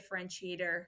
differentiator